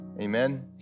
amen